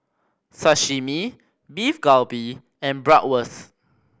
Sashimi Beef Galbi and Bratwurst